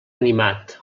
animat